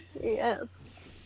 Yes